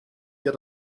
hier